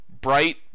bright